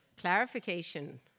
clarification